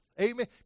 Amen